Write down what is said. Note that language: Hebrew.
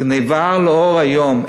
גנבה לאור היום.